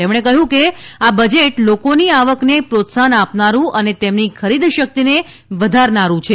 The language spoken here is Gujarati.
તેમણે કહ્યું કે આ બજેટ લોકોની આવકને પ્રોત્સાફન આપનારુ અને તેમની ખરીદ શક્તિને વધારનારુ છે